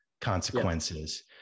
consequences